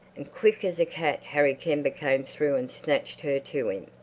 and quick as a cat harry kember came through and snatched her to him.